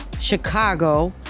Chicago